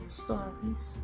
stories